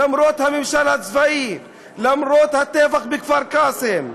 למרות הממשל הצבאי, למרות הטבח בכפר קאסם,